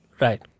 Right